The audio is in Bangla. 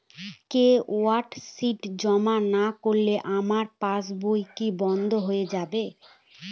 কে.ওয়াই.সি জমা না করলে আমার পাসবই কি বন্ধ হয়ে যাবে?